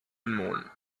moon